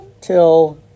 till